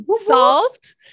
solved